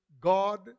God